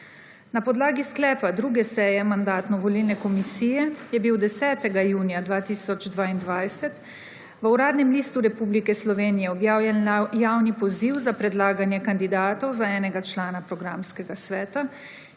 Na podlagi sklepa 2. seje Mandatno-volilne komisije je bil 10. junija 2022 v Uradnem listu Republike Slovenije objavljen javni poziv za predlaganje kandidatov za enega člana programskega sveta,